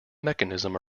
mechanism